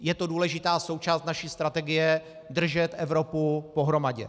Je to důležitá součást naší strategie držet Evropu pohromadě.